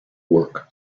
work